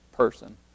person